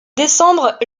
décembre